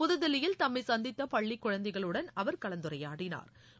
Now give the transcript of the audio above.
புதுதில்லியில் தம்மை சந்தித்த பள்ளி குழந்தைகளுடன் அவர் கலந்துரையாடினாா்